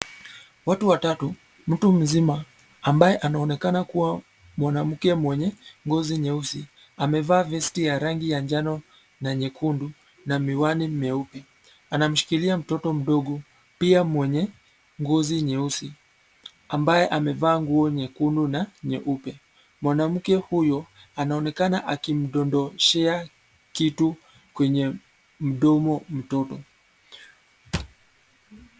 Watu watatu, mtu mzima ambaye anaonekana kuwa mwanamke mwenye ngozi nyeusi amevaa vesti ya rangi ya njano na nyekundu na miwani meupe, anamshikilia mtoto mdogo pia mwenye ngozi nyeusi ambaye amevaa nguo nyekundu na nyeupe. Mwanamke huyo anaonekana akimdondoshea kitu kwenye mdomo mtoto.